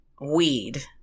weed